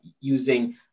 using